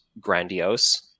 grandiose